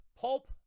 pulp